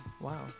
wow